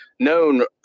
known